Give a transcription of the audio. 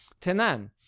Tenan